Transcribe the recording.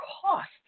cost